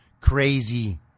crazy